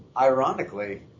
ironically